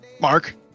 mark